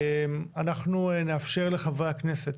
אנחנו נאפשר לחברי הכנסת